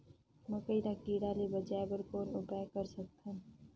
मकई ल कीड़ा ले बचाय बर कौन उपाय कर सकत हन?